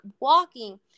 walking